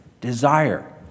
desire